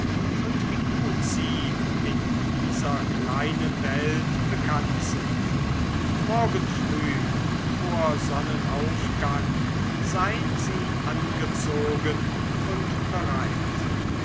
und wie gut sie in dieser kleinen welt gekannt sind morgen früh vor sonnenaufgang sein sie angezogen und bereit